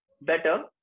Better